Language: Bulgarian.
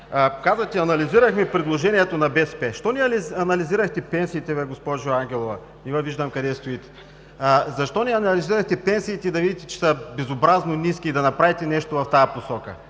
че сте анализирали предложението на БСП. Защо не анализирахте пенсиите, госпожо Ангелова?! Защо не анализирахте пенсиите, за да видите, че са безобразно ниски и да направите нещо в тази посока?